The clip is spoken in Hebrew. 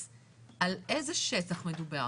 על איזה שטח מדובר,